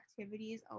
activities